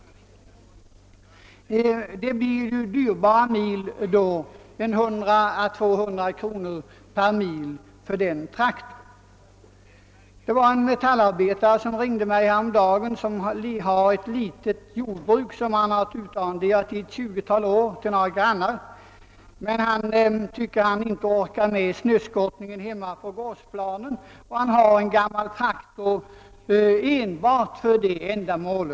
Det blir dyrbara turer med denna traktor: 100 å 200 kronor per mil. En metallarbetare ringde mig häromdagen. Han har ett litet jordbruk, som han har haft utarrenderat till några grannar i ett tjugotal år. Han tycker att han inte orkar med snöskottningen hemma på gårdsplanen och har en gammal traktor enbart för detta ändamål.